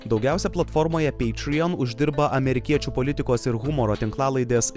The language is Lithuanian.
daugiausia platformoje patreon uždirba amerikiečių politikos ir humoro tinklalaidės